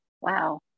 Wow